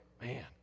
man